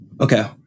Okay